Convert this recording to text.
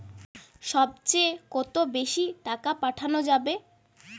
সব চেয়ে কত বেশি টাকা পাঠানো যাবে?